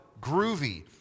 groovy